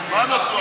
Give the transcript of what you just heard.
מה הבעיה?